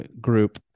group